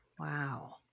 Wow